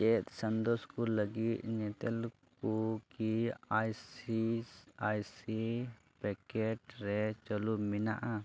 ᱪᱮᱫ ᱥᱚᱱᱫᱮᱥ ᱠᱩᱞ ᱞᱟᱹᱜᱤᱫ ᱧᱮᱛᱮᱞ ᱠᱚ ᱠᱤ ᱟᱭ ᱥᱤ ᱟᱭ ᱥᱤ ᱯᱮᱠᱮᱴ ᱨᱮ ᱪᱟᱹᱞᱩ ᱢᱮᱱᱟᱜᱼᱟ